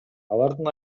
алардын